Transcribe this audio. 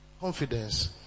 confidence